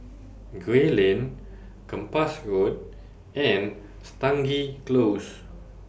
Gray Lane Kempas Road and Stangee Close